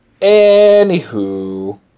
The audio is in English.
Anywho